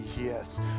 yes